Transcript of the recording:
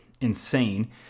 insane